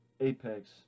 Apex